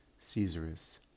Caesarus